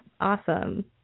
Awesome